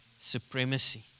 supremacy